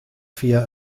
via